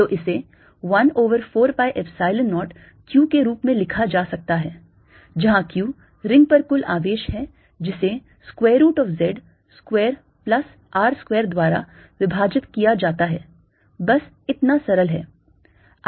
तो इसे 1 over 4 pi epsilon 0 Q के रूप में लिखा जा सकता है जहाँ Q रिंग पर कुल आवेश है जिसे square root of z square plus r square द्वारा विभाजित किया जाता है बस इतना सरल है